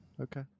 Okay